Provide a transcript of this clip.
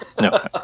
no